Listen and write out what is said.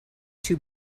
two